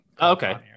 okay